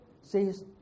says